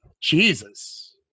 Jesus